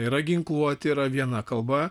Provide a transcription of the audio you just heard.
yra ginkluoti yra viena kalba